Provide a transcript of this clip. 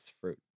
fruit